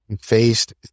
faced